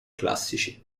classici